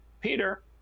Peter